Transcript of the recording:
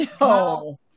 No